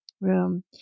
room